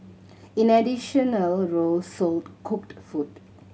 in additional row sold cooked food